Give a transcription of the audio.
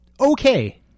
okay